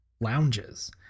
lounges